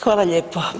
Hvala lijepo.